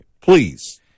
Please